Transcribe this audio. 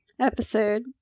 episode